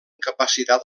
capacitat